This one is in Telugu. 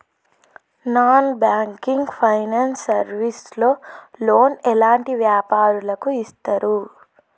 నాన్ బ్యాంకింగ్ ఫైనాన్స్ సర్వీస్ లో లోన్ ఎలాంటి వ్యాపారులకు ఇస్తరు?